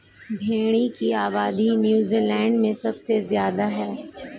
भेड़ों की आबादी नूज़ीलैण्ड में सबसे ज्यादा है